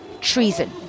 treason